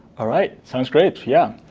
all right, sounds great. yeah,